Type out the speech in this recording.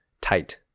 tight